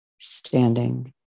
standing